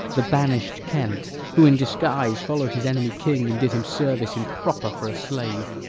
the banish'd kent who in disguise follow'd his enemy king and did him service improper for a slave.